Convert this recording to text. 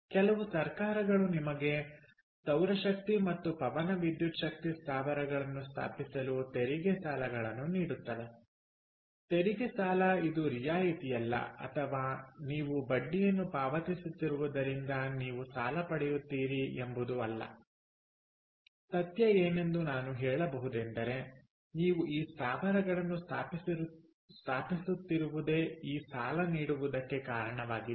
ಕೆಲವು ಸರ್ಕಾರಗಳು ನಿಮಗೆ ಸೌರಶಕ್ತಿ ಮತ್ತು ಪವನ ವಿದ್ಯುತ್ ಶಕ್ತಿ ಸ್ಥಾವರಗಳನ್ನು ಸ್ಥಾಪಿಸಲು ತೆರಿಗೆ ಸಾಲಗಳನ್ನು ನೀಡುತ್ತವೆ ತೆರಿಗೆ ಸಾಲ ಇದು ರಿಯಾಯಿತಿಯಲ್ಲ ಅಥವಾ ನೀವು ಬಡ್ಡಿಯನ್ನು ಪಾವತಿಸುತ್ತಿರುವುದರಿಂದ ನೀವು ಸಾಲ ಪಡೆಯುತ್ತೀರಿ ಎಂಬುದು ಅಲ್ಲ ಸತ್ಯ ಏನೆಂದು ನಾನು ಹೇಳಬಹುದೆಂದರೆ ನೀವು ಈ ಸ್ಥಾವರಗಳನ್ನು ಸ್ಥಾಪಿಸುತ್ತಿರುವುದೇ ಈ ಸಲ ನೀಡುವುದಕ್ಕೆ ಕಾರಣವಾಗಿದೆ